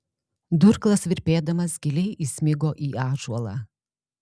durklas virpėdamas giliai įsmigo į ąžuolą